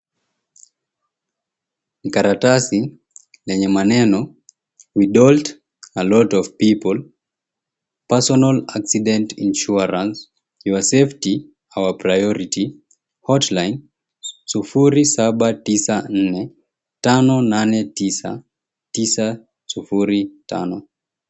Karatasi lenye maneno, We dolt a lot of people, Personal Accident Insurance. Your safety our priority. Hotline 0794589905.